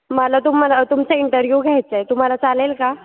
मला तुम्हाला तुमचा इंटरव्ह्यू घ्यायचा आहे तुम्हाला चालेल का